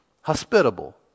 Hospitable